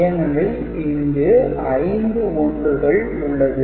ஏனெனில் இங்கு ஐந்து 1 கள் உள்ளது